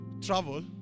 travel